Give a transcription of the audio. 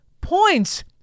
points